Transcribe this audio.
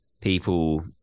people